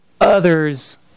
others